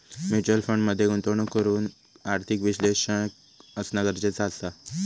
mutual fund मध्ये गुंतवणूक करूक आर्थिक विश्लेषक असना गरजेचा असा